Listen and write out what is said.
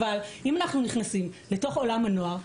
אבל אם אנחנו נכנסים לתוך עולם הנוער,